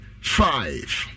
five